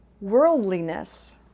worldliness